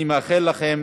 אני מאחל לכם